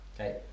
Okay